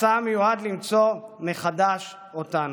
מסע המיועד למצוא מחדש אותנו.